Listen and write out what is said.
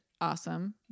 awesome